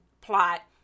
plot